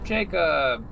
Jacob